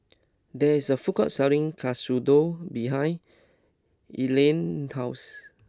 there is a food court selling katsudon behind Elena's house